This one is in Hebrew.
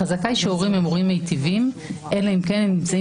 החזקה היא שהורים הם הורים מיטיבים אלא אם כן הם נמצאים